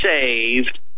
saved